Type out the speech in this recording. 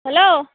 hello